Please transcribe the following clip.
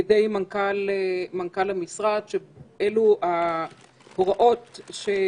מתוך ההודעות שנשלחו לאנשים שהועברו על פי פסקה (3) פילוח של ההודעות על